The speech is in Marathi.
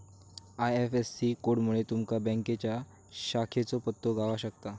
आय.एफ.एस.सी कोडमुळा तुमका बँकेच्या शाखेचो पत्तो गाव शकता